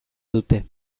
dute